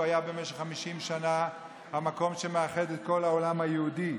שהיה במשך 50 שנה המקום שמאחד את כל העולם היהודי.